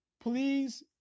please